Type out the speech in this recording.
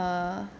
err